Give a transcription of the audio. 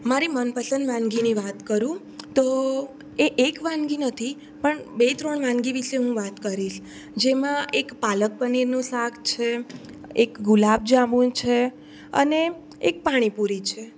મારી મનપસંદ વાનગીની વાત કરું તો એ એક વાનગી નથી પણ બે ત્રણ વાનગી વિશે હું વાત કરીશ જેમાં એક પાલક પનીરનું શાક છે એક ગુલાબજાંબુ છે અને એક પાણીપુરી છે